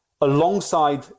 Alongside